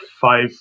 five